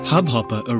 Hubhopper